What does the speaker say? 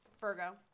Virgo